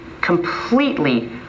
completely